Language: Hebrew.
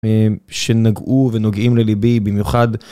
שנגעו ונוגעים לליבי במיוחד.